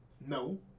No